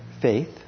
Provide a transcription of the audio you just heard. faith